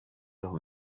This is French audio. leurs